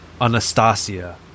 Anastasia